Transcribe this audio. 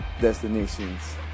destinations